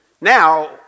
now